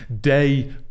Day